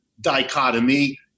dichotomy